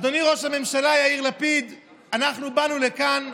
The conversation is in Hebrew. אדוני ראש הממשלה יאיר לפיד, אנחנו באנו לכאן,